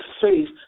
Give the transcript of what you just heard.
faith